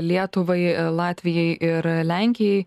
lietuvai latvijai ir lenkijai